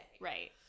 Right